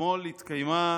אתמול התקיימה